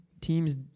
teams